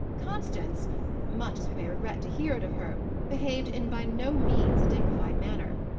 constance much as we may regret to hear it of her behaved in by no means a dignified manner.